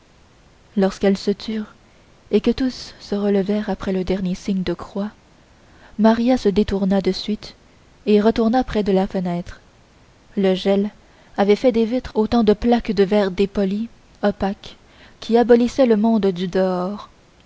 lorsqu'elles se turent et que tous se relevèrent après le dernier signe de croix maria se détourna de suite et retourna près de la fenêtre le gel avait fait des vitres autant de plaques de verre dépoli opaques qui abolissaient le monde du dehors